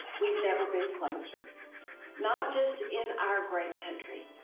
we've never been closer not just in our great country,